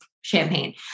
champagne